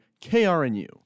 KRNU